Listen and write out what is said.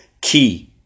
key